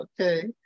Okay